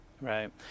Right